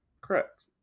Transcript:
Correct